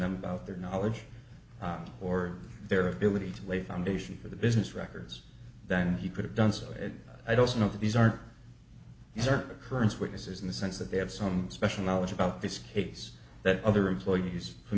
them about their knowledge or their ability to lay the foundation for the business records then he could have done so i don't know that these aren't certain occurrence witnesses in the sense that they have some special knowledge about this case that other employees a